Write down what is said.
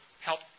help